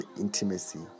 intimacy